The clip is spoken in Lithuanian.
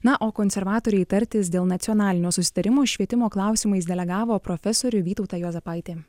na o konservatoriai tartis dėl nacionalinio susitarimo švietimo klausimais delegavo profesorių vytautą juozapaitį